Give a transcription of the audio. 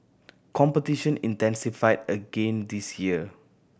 competition intensified again this year